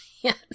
Yes